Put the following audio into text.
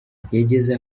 yageze